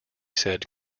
said